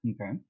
okay